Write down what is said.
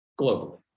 globally